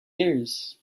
years